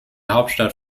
hauptstadt